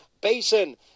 Basin